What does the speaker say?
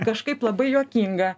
kažkaip labai juokinga